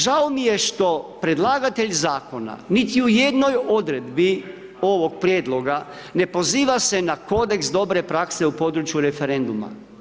Žao mi je što predlagatelj Zakona, niti u jednoj odredbi ovog prijedloga, ne poziva se na kodeks dobre prakse u području referenduma.